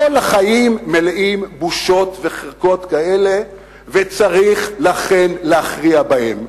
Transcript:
כל החיים מלאים בושות וחרפות כאלה ולכן צריך להכריע בהן.